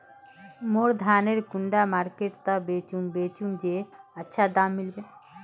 मोर धानेर कुंडा मार्केट त बेचुम बेचुम जे अच्छा दाम मिले?